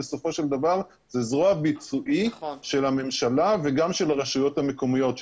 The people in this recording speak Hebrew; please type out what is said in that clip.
זה זרוע ביצועית של הממשלה וגם של הרשויות המקומיות,